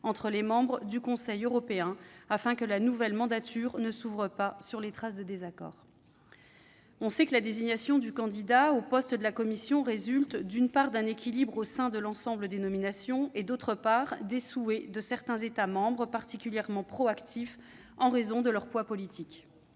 entre les membres du Conseil européen, afin que la nouvelle mandature ne s'ouvre pas sur les traces de désaccords. On sait que la désignation du candidat à la présidence de la Commission résulte, d'une part, d'un équilibre au sein de l'ensemble des nominations, et, d'autre part, des souhaits de certains États membres particulièrement proactifs en raison de leur poids politique.